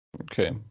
Okay